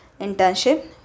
internship